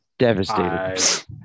Devastated